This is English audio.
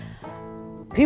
people